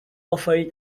offered